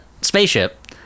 spaceship